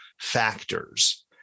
factors